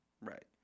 Right